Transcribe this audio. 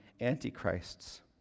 antichrists